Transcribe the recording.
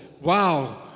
Wow